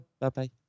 Bye-bye